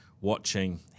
watching